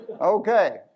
Okay